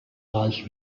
reich